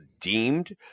deemed